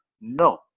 No